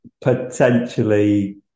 potentially